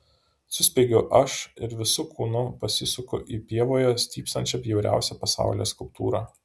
suspiegiu aš ir visu kūnu pasisuku į pievoje stypsančią bjauriausią pasaulyje skulptūrą